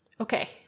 Okay